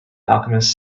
alchemist